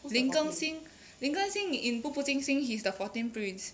林根新林根新 in 步步惊心 he's the fourteenth prince